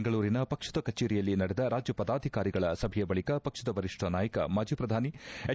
ಬೆಂಗಳೂರಿನ ಪಕ್ಷದ ಕಚೇರಿಯಲ್ಲಿ ನಡೆದ ರಾಜ್ಯ ಪಾದಾಧಿಕಾರಿಗಳ ಸಭೆಯ ಬಳಿಕ ಪಕ್ಷದ ವರಿಷ್ಠ ನಾಯಕ ಮಾಜಿ ಪ್ರಧಾನಿ ಹೆಚ್